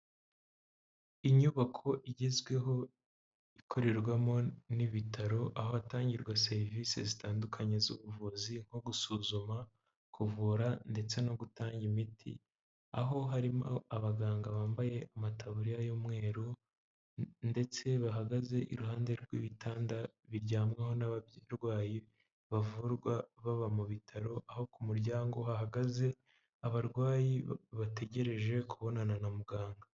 Inyubako igezweho ikorerwamo n'ibitaro aho hatangirwa serivisi zitandukanye z'ubuvuzi nko gusuzuma, kuvura ndetse no gutanga imiti aho harimo abaganga bambaye amataburiya y'umweru ndetse bahagaze iruhande rw'ibitanda biryamwaho n'abarwayi bavurwa baba mu bitaro aho ku muryango hahagaze abarwayi bategereje kubonana na muganga.